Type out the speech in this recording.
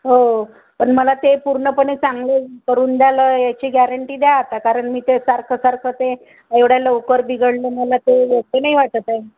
हो पण मला ते पूर्णपणे चांगले करून द्याल याची गॅरंटी द्या आता कारण मी ते सारखंसारखं ते एवढ्या लवकर बिघडलं मला योग्य नाही वाटत आहे